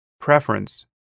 preference